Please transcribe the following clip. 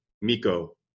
Miko